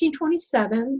1927